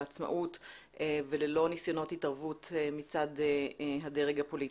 בעצמאות וללא ניסיונות התערבות מצד הדרג הפוליטי.